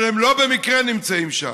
אבל הם לא במקרה נמצאים שם.